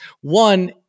One